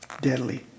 deadly